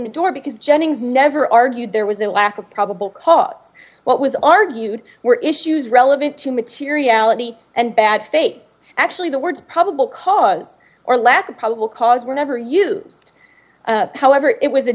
the door because jennings never argued there was a lack of probable cause what was argued were issues relevant six to materiality and bad faith actually the words probable cause or lack of probable cause were never used however it was a